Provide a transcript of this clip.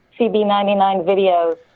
CB99videos